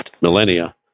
millennia